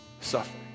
suffering